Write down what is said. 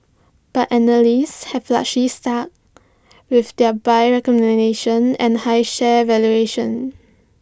but analysts have largely stuck with their buy recommendations and high share valuations